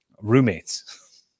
roommates